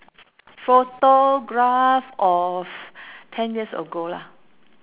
photograph of ten years ago lah